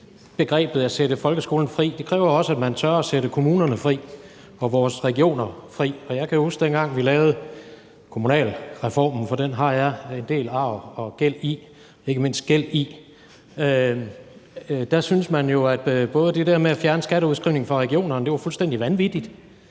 begrebet at sætte folkeskolen fri. Det kræver også, at man tør at sætte kommunerne og vores regioner fri. Jeg kan huske, dengang vi lavede kommunalreformen, for den har jeg en del arv og gæld i – ikke mindst gæld i. Der syntes man jo, at det der med at fjerne skatteudskrivningen fra regionerne var fuldstændig vanvittigt.